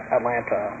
Atlanta